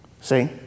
See